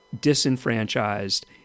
disenfranchised